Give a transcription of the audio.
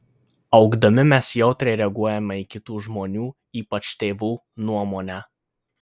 augdami mes jautriai reaguojame į kitų žmonių ypač tėvų nuomonę